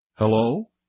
Hello